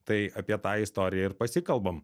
tai apie tą istoriją ir pasikalbam